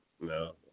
no